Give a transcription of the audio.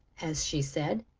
as she said,